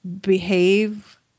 behave